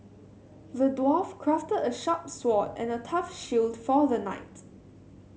the dwarf crafted a sharp sword and a tough shield for the knight